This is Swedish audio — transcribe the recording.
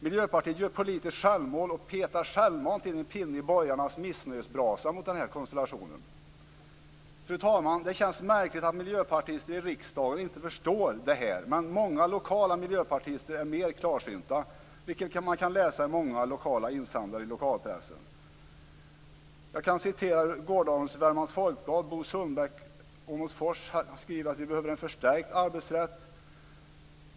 Miljöpartiet gör politiskt självmål och petar självmant in en pinne in i borgarnas missnöjesbrasa mot denna konstellation. Fru talman! Det känns märkligt att miljöpartister i riksdagen inte förstår detta. Många lokala miljöpartister är mer klarsynta. Det kan man läsa i många insändare i lokalpressen. Jag kan referera gårdagens Värmlands Folkblad. Bo Sundbäck från Åmotsfors skriver att vi behöver en förstärkt arbetsrätt.